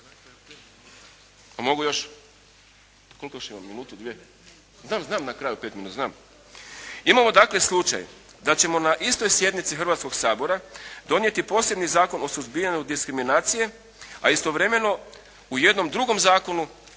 Mogu još? Koliko još imam, minutu, dvije? … /Upadica se ne čuje./ … Da, znam. Imamo dakle slučaj da ćemo na istoj sjednici Hrvatskoga sabora donijeti posebni Zakon o suzbijanju diskriminacije, a istovremeno u jednom drugom zakonu,